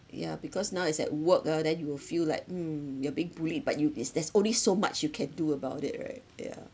yeah because now is at work ah then you will feel like mm you're being bullied but you this there's only so much you can do about it right yeah